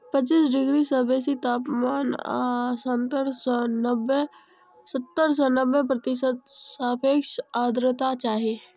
पच्चीस डिग्री सं बेसी तापमान आ सत्तर सं नब्बे प्रतिशत सापेक्ष आर्द्रता चाही